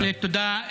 בהחלט, תודה.